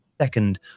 second